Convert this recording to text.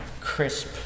crisp